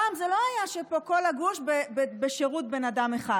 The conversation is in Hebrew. פעם זה לא היה שכל הגוש בשירות בן אדם אחד.